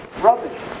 Rubbish